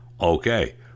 Okay